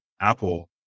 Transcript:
Apple